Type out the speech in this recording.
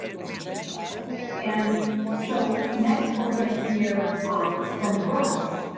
okay and so next we're going to hear um from russ,